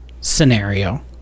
scenario